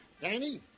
Danny